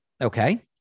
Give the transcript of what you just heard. okay